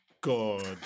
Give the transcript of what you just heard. God